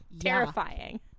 Terrifying